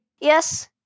Yes